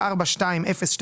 אתה מבין את הפער?